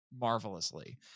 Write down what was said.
marvelously